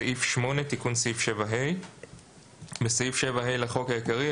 סעיף 8: תיקון סעיף 7ה 8. בסעיף 7ה לחוק העיקרי,